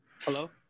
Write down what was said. hello